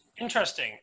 interesting